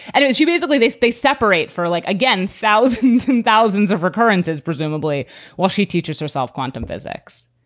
and she basically they stay separate for like, again, thousands and thousands of recurrences, presumably while she teaches herself quantum physics.